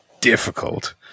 difficult